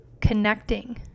connecting